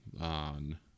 on